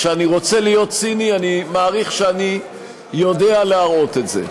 כשאני רוצה להיות ציני אני מעריך שאני יודע להראות את זה.